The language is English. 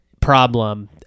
problem